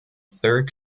third